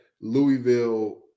Louisville